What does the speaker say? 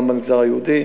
גם במגזר היהודי.